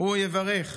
הוא יברך